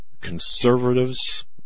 conservatives